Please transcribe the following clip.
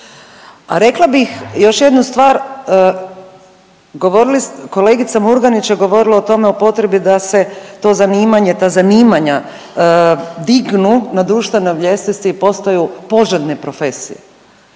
a rekla bih još jednu stvar, govorili, kolegica Murganić je govorila o tome, o potrebi da se to zanimanje, ta zanimanja dignu na društvenoj ljestvici i postaju poželjne profesije.